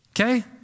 Okay